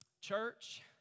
Church